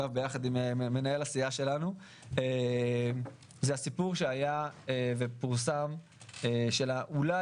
יחד עם מנהל הסיעה שלנו זה הסיפור שהיה ופורסם של אולי,